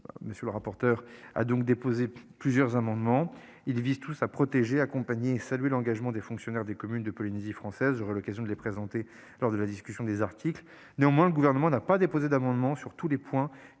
lois. Le Gouvernement a donc déposé plusieurs amendements. Ils visent tous à protéger, accompagner et saluer l'engagement des fonctionnaires des communes de Polynésie française. J'aurai l'occasion de les présenter lors de la discussion des articles. Notons néanmoins que le Gouvernement n'a pas déposé d'amendement sur tous les points